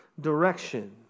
direction